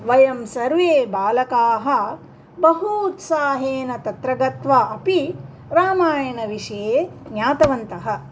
वयं सर्वे बालकाः बहु उत्साहेन तत्र गत्वा अपि रामायणविषये ज्ञातवन्तः